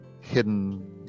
hidden